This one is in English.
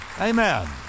Amen